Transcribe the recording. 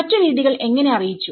മറ്റു രീതികൾ എങ്ങനെ അറിയിച്ചു